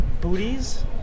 booties